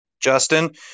Justin